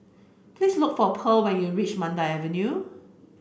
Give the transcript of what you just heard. please look for Pearl when you reach Mandai Avenue